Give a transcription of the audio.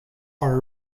are